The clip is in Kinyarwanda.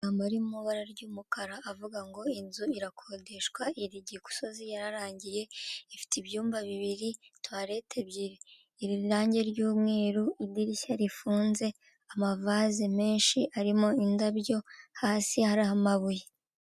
Umugabo wambaye ingofero y'ubururu amadarubindi, uri guseka wambaye umupira wumweru ndetse ufite mudasobwa mu ntoki ze. Ari ku gapapuro k'ubururu kandidikishijweho amagambo yumweru ndetse n'ayumuhondo yanditswe mu kirimi cyamahanga cyicyongereza.